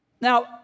Now